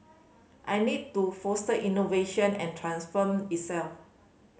I need to foster innovation and transform itself